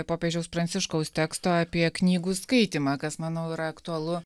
popiežiaus pranciškaus teksto apie knygų skaitymą kas manau yra aktualu